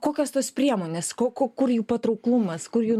kokios tos priemonės ko ku kur jų patrauklumas kur jų